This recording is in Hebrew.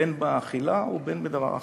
בין באכילה ובין בדבר אחר,